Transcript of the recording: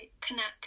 connect